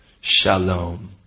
Shalom